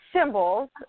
symbols